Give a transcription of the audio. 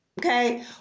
Okay